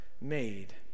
made